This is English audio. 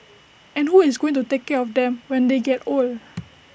and who is going to take care of them when they get old